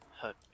hurt